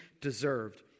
deserved